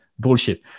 Bullshit